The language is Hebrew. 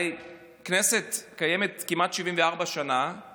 הרי הכנסת קיימת כמעט 74 שנים.